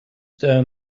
down